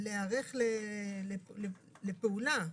להיערך לפעולה.